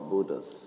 Buddhas